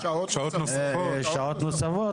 שעות נוספות,